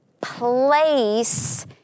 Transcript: place